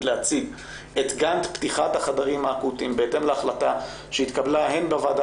להציג את גנט פתיחת החדרים האקוטיים בהתאם להחלטה שהתקבלה הן בוועדה